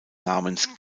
namens